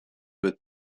with